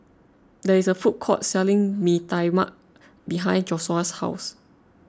there is a food court selling Mee Tai Mak behind Joshua's house